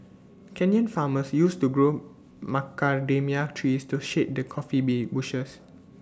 Kenyan farmers used to grow macadamia trees to shade their coffee bee bushes